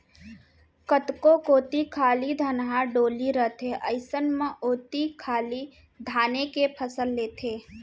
कतको कोती खाली धनहा डोली रथे अइसन म ओती खाली धाने के फसल लेथें